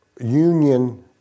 union